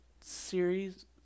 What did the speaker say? series